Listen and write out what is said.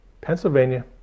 Pennsylvania